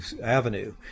Avenue